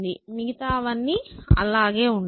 మిగతావన్నీ అలాగే ఉంటాయి